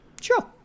Sure